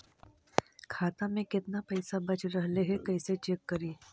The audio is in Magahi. खाता में केतना पैसा बच रहले हे कैसे चेक करी?